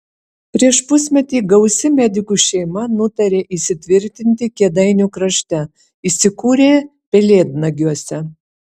prieš pusmetį gausi medikų šeima nutarė įsitvirtinti kėdainių krašte įsikūrė pelėdnagiuose